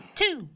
two